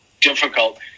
difficult